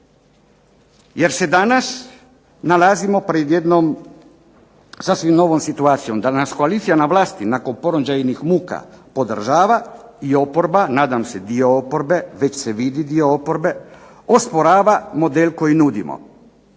jer se danas nalazimo pred jednom sasvim novom situacijom da nas koalicija na vlasti nakon porođajnih muka podržava, i oporba, nadam se dio oporbe, već se vidi dio oporbe, osporava model koji nudimo,